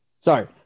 Sorry